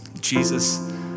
Jesus